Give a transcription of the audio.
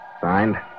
Signed